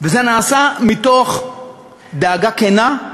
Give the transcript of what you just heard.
וזה נעשה מתוך דאגה כנה,